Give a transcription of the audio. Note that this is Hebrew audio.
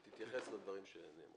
תתייחס לדברים שנאמרו.